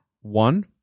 one